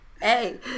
Hey